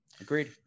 Agreed